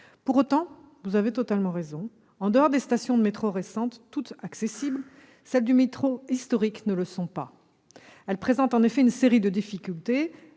Pour autant, vous avez totalement raison, en dehors des stations de métro récentes, toutes accessibles, celles du métro historique ne le sont pas. Elles présentent en effet une série de difficultés